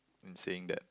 saying that